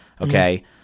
Okay